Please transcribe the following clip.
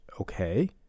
okay